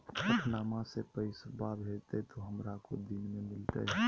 पटनमा से पैसबा भेजते तो हमारा को दिन मे मिलते?